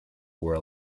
were